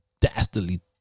dastardly